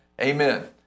Amen